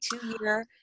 two-year